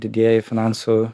didieji finansų